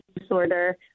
disorder